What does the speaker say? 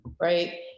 right